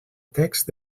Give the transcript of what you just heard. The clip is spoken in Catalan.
text